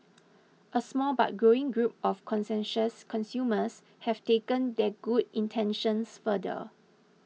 a small but growing group of conscientious consumers have taken their good intentions further